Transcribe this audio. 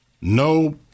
No